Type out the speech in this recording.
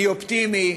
אני אופטימי,